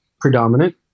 predominant